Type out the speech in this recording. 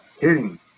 hitting